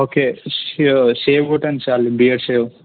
okay షే shave కొట్టండి చాలు బియర్డ్ షేవ్